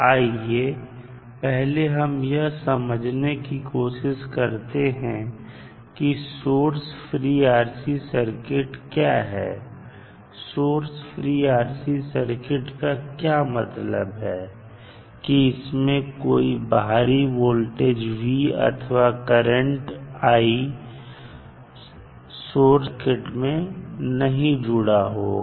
आइए पहले हम यह समझने की कोशिश करते हैं कि सोर्स फ्री आरसी सर्किट क्या है सोर्स फ्री आरसी सर्किट का यह मतलब है कि इसमें कोई बाहरी वोल्टेज अथवा करंट सोर्स सर्किट में नहीं जुड़ा होगा